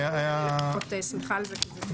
אני לפחות שמחה על זה.